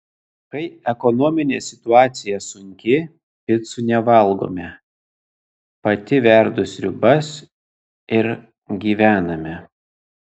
kai ekonominė situacija sunki picų nevalgome pati verdu sriubas ir gyvename